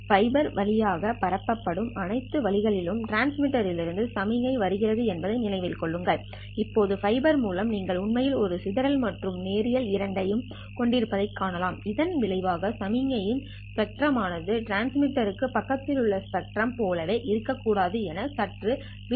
fibre வழியாக பரப்பப்படும் அனைத்து வழிகளிலும் டிரான்ஸ்மிட்டர் லிருந்து சமிக்ஞை வருகிறது என்பதை நினைவில் கொள்ளுங்கள் இப்போது ஃபைபர் மூலம் நீங்கள் உண்மையில் ஒரு சிதறல் மற்றும் நேரியல் இரண்டையும் கொண்டிருப்பதைக் காணலாம் இதன் விளைவாக சமிக்ஞையின் ஸ்பெக்ட்ரம் ஆனது டிரான்ஸ்மிட்டர்க்கு பக்கத்தில் உள்ள ஸ்பெக்ட்ரம் போலவே இருக்கக்கூடாது என சற்று விரிவடைந்துள்ளன